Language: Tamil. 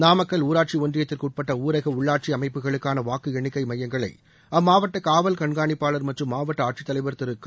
நாமக்கல் ஊராட்சி ஒன்றியத்திற்கு உட்பட்ட ஊரக உள்ளாட்சி அமைப்புகளுக்கான வாக்கு எண்ணிக்கை மையங்களை அம்மாவட்ட காவல் கண்காணிப்பாளர் மற்றும் மாவட்ட ஆட்சித்தலைவர் திரு கா